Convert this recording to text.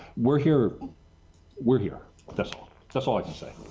we are here we are here that's all. that's all i can say?